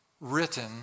written